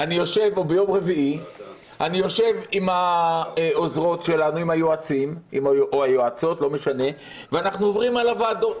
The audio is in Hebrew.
אני יושב פה ביום רביעי עם העוזרים והיועצים ואנחנו עוברים על הוועדות